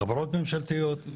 חברות ממשלתיות,